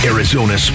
Arizona